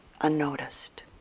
unnoticed